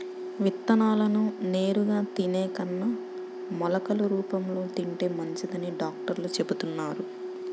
విత్తనాలను నేరుగా తినే కన్నా మొలకలు రూపంలో తింటే మంచిదని డాక్టర్లు చెబుతున్నారు